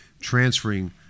transferring